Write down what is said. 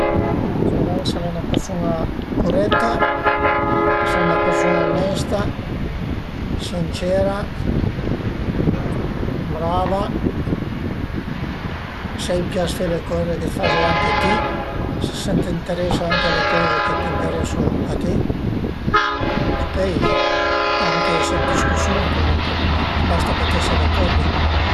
Ëntà savei s'al e 'na persun-a curetta, s'al e 'na persun-a unesta, sincera, brava, se a i pias fe le coze che faze anche ti, se a s'enteresa anche a le coze che enteresu a ti e pöi anche s'a ie dë discüsiun comuncue a basta bütese d'acordi